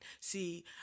See